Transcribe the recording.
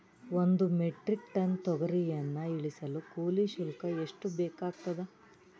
ಒಂದು metric tonne ತೊಗರಿಯನ್ನು ಇಳಿಸಲು ಕೂಲಿ ಶುಲ್ಕ ಎಷ್ಟು ಬೇಕಾಗತದಾ?